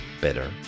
better